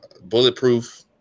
bulletproof